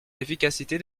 l’efficacité